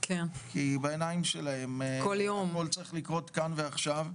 כי בעיניים שלהם הכול צריך לקרות כאן ועכשיו,